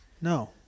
No